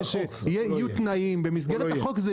יהיו תנאים במסגרת החוק.